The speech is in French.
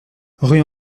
rue